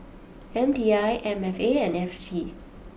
M T I M F A and F T